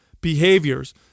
behaviors